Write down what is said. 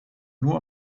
nur